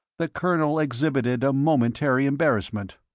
the colonel exhibited a momentary embarrassment.